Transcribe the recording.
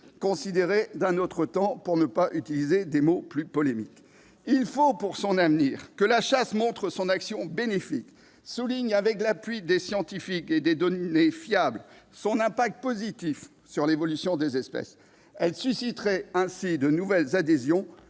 considérée comme d'un autre temps- pour ne pas employer de termes plus polémiques. Pour assurer son avenir, la chasse doit montrer son action bénéfique et souligner, avec l'appui de scientifiques et de données fiables, son impact positif sur l'évolution des espèces. Elle susciterait ainsi de nouvelles adhésions,